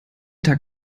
tag